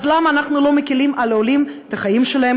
אז למה אנחנו לא מקילים על העולים את החיים שלהם